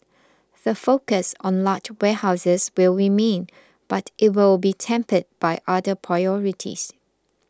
the focus on large warehouses will remain but it will be tempered by other priorities